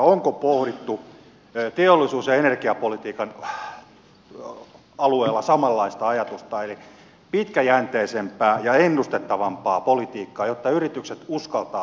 onko pohdittu teollisuus ja energiapolitiikan alueella samanlaista ajatusta eli pitkäjänteisempää ja ennustettavampaa politiikkaa jotta yritykset uskaltavat tehdä investointeja